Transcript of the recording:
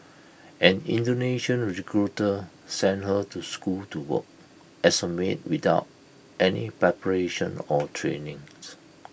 an Indonesian recruiter sent her to school to work as A maid without any preparation or trainings